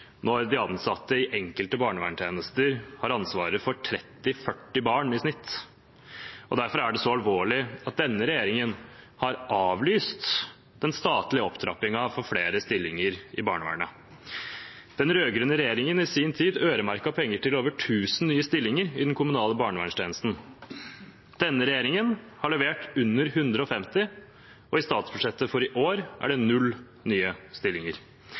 når de ansatte i enkelte barnevernstjenester har ansvaret for 30–40 barn i snitt. Og derfor er det så alvorlig at denne regjeringen har avlyst den statlige opptrappingen for flere stillinger i barnevernet. Den rød-grønne regjeringen øremerket i sin tid penger til over tusen nye stillinger i den kommunale barnevernstjenesten. Denne regjeringen har levert under 150, og i statsbudsjettet for i år er det null nye stillinger.